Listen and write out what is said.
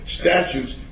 statutes